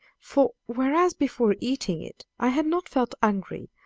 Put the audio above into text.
for, whereas before eating it i had not felt hungry,